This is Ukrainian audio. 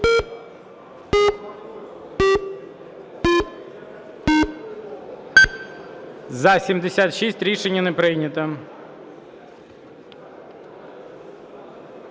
За-56 Рішення не прийнято.